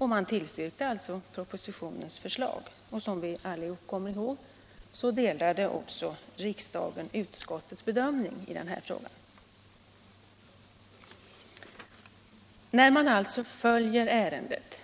Utskottet tillstyrkte alltså propositionens förslag. Och som vi alla kommer ihåg delade riksdagen utskottets bedömning i denna fråga. När man nu följer ärendet